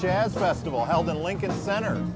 jazz festival held in lincoln center